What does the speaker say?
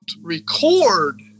record